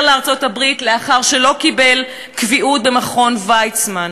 לארצות-הברית לאחר שלא קיבל קביעות במכון ויצמן.